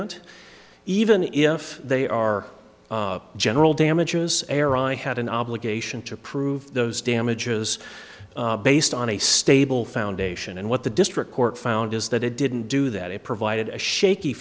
nt even if they are general damages err i had an obligation to prove those damages based on a stable foundation and what the district court found is that it didn't do that it provided a shaky